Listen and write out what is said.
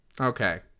Okay